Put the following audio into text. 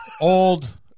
Old